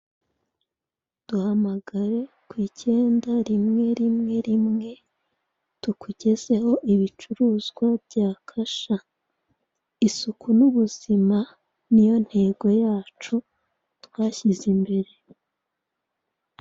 Duhamagare ku icyenda rimwe rimwe rimwe tukugezeho ibicuruzwa bya kasha, isuku n'ubuzima ni yo ntego yacu twashyize imbere.